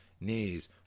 knees